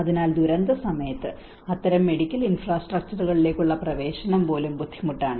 അതിനാൽ ദുരന്തസമയത്ത് അത്തരം മെഡിക്കൽ ഇൻഫ്രാസ്ട്രക്ചറുകളിലേക്കുള്ള പ്രവേശനം പോലും ബുദ്ധിമുട്ടാണ്